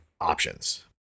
options